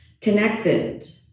connected